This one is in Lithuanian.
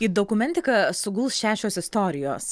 į dokumentiką suguls šešios istorijos